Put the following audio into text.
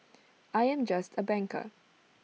I am just A banker